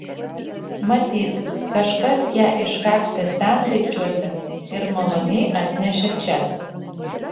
matyt kažkas ją iškapstė sendaikčiuose ir maloniai atnešė čia